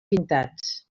pintats